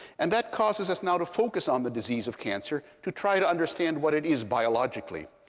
and that causes us now to focus on the disease of cancer to try to understand what it is biologically.